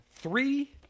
Three